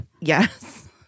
Yes